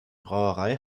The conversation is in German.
brauerei